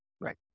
Right